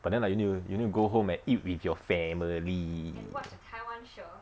but then like you need to you need to go home and eat with your family